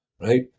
right